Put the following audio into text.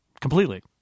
completely